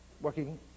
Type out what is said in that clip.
working